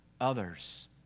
others